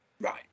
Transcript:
Right